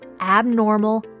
abnormal